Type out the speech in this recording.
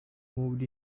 moved